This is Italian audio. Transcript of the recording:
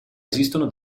esistono